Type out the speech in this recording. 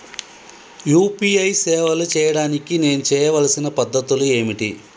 UPI సేవలు చేయడానికి నేను చేయవలసిన పద్ధతులు ఏమిటి?